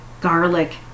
garlic